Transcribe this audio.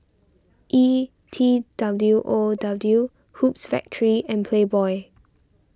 E T W O W Hoops Factory and Playboy